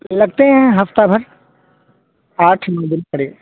لگتے ہیں ہفتہ بھر آٹھ نو دن پڑے